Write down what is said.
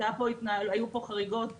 היו פה חריגות בבנזן.